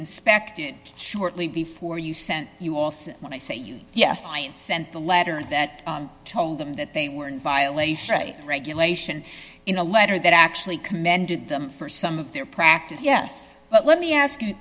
inspected shortly before you sent you also when i say you yes clients sent the letter and that told them that they were in violation of a regulation in a letter that actually commended them for some of their practice yes but let me ask you